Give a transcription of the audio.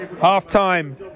Half-time